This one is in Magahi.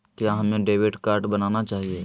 क्या हमें डेबिट कार्ड बनाना चाहिए?